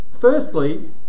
firstly